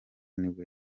nibwo